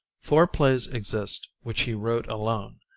four plays exist which he wrote alone,